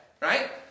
right